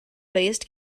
faced